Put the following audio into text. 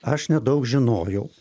aš nedaug žinojau